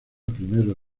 primero